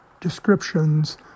descriptions